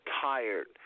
tired